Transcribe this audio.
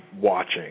watching